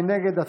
מי נגד?